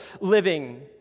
living